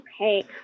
Okay